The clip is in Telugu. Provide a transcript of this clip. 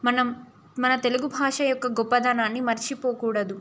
మనం మన తెలుగు భాష యొక్క గొప్పదనాన్ని మర్చిపోకూడదు